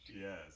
Yes